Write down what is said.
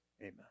Amen